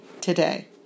today